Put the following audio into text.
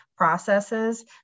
Processes